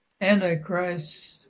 Antichrist